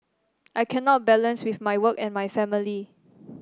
I cannot balance with my work and my family